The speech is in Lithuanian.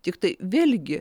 tiktai vėlgi